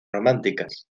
románticas